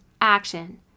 action